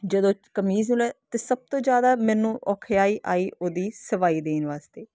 ਜਦੋਂ ਕਮੀਜ਼ ਲ ਤਾਂ ਸਭ ਤੋਂ ਜ਼ਿਆਦਾ ਮੈਨੂੰ ਔਖਿਆਈ ਆਈ ਉਹਦੀ ਸਵਾਈ ਦੇਣ ਵਾਸਤੇ